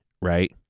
right